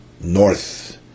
north